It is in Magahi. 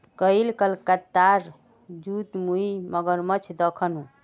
कईल कोलकातार जूत मुई मगरमच्छ दखनू